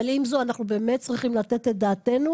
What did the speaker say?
אבל עם זאת אנחנו באמת צריכים לתת את דעתנו,